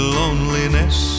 loneliness